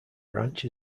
branch